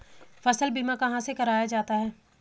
फसल बीमा कहाँ से कराया जाता है?